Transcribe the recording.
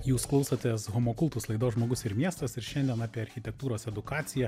jūs klausotės homo kultus laidos žmogus ir miestas ir šiandien apie architektūros edukaciją